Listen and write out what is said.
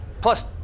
Plus